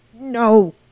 No